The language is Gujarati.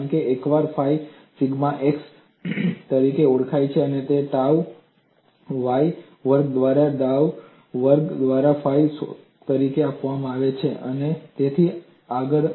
કારણ કે એકવાર ફાઈ સિગ્મા x તરીકે ઓળખાય છે તેને ડાઉ y વર્ગ દ્વારા ડાઉ વર્ગ ફાઈ તરીકે આપવામાં આવે છે અને તેથી આગળ